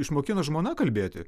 išmokino žmona kalbėti